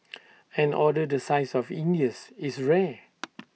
an order the size of India's is rare